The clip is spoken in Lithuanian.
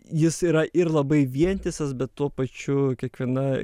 jis yra ir labai vientisas bet tuo pačiu kiekviena